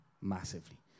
massively